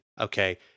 okay